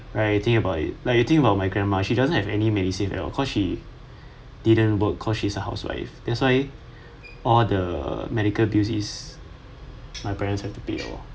like you think about it like you think about my grandma she doesn't have any medisave at all cause she didn't work cause she's a housewife that's why all the medical bills is my parent have to pay lor